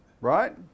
right